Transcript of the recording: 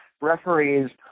referees